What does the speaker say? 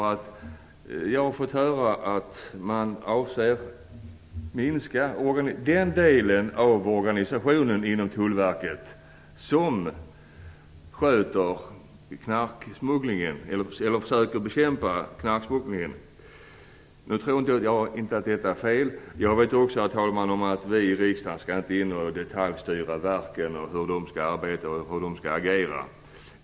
Jag har fått höra att man avser att minska den delen av organisationen inom tullverket som försöker bekämpa knarksmugglingen. Nu tror jag inte att detta är fel. Jag vet också, herr talman, att vi i riksdagen inte skall gå in och detaljstyra verken eller tala om för dem hur de skall arbeta och agera.